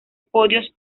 podios